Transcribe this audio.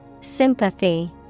Sympathy